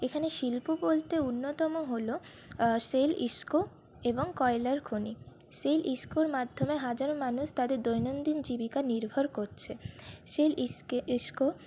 এখানে শিল্প বলতে অন্যতম হলো সেল ইস্কো এবং কয়লার খনি সেল ইস্কোর মাধ্যমে হাজারো মানুষ তাদের দৈনন্দিন জীবিকা নির্ভর করছে সেল ইস্কে ইস্কো